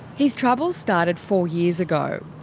his troubles started four years ago.